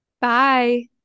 Bye